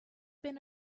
been